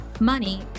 money